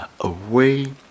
away